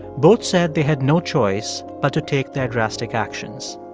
both said they had no choice but to take their drastic actions.